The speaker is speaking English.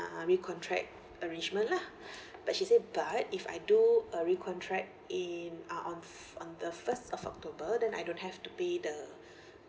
uh recontract arrangement lah but she said but if I do a recontract in uh on on the first of october then I don't have to pay the